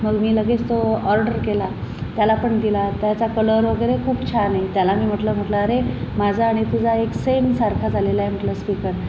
मग मी लगेच तो ऑर्डर केला त्याला पण दिला त्याचा कलर वगैरे खूप छान आहे त्याला मी म्हटलं म्हटलं अरे माझा आणि तुझा एक सेम सारखा झालेला आहे म्हटलं स्पीकर